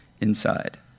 inside